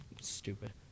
Stupid